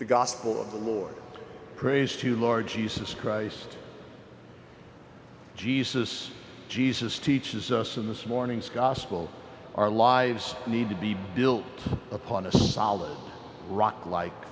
the gospel of the lord praise two large jesus christ jesus jesus teaches us in this morning's gospel our lives need to be built upon a solid rock like